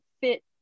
fit